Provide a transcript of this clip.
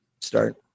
start